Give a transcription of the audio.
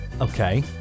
Okay